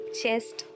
chest